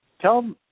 tell